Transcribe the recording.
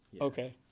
Okay